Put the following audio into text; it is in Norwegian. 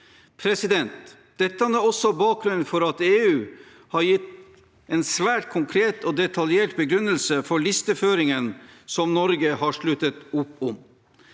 handlinger. Dette er også bakgrunnen for at EU har gitt en svært konkret og detaljert begrunnelse for listeføringene som Norge har sluttet opp om,